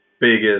biggest